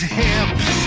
hips